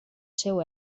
seu